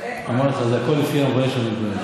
אמרתי לך, זה הכול לפי המבייש והמתבייש.